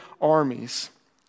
armies